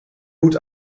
hoed